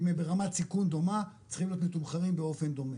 אם הם ברמת סיכון דומה צריכים להיות מתומחרים באופן דומה.